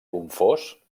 confós